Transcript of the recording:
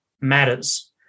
matters